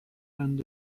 قند